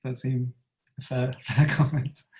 and seem fair comment?